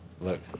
Look